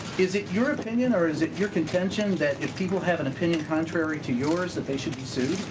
is it your opinion or is it your contention that if people have an opinion contrary to yours that they should be sued?